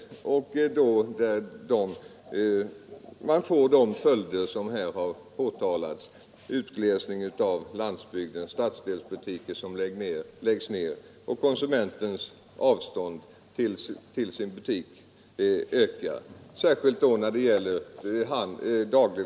Då blir det, särskilt när det gäller dagligvaruhandeln, sådana följder som här har påtalats: utglesning av landsbygden, nedläggning av stadsdelsbutiker och längre avstånd till konsumentens butik.